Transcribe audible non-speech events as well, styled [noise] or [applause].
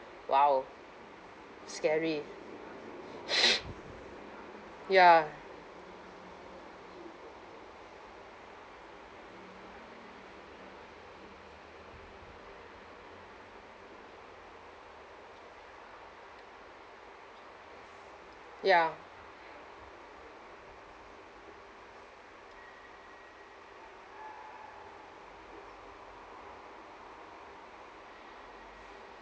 !wow! scary [noise] ya ya